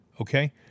okay